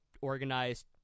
organized